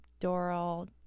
Doral